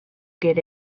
get